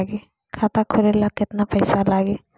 खाता खोले ला केतना पइसा लागी?